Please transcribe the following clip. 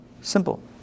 Simple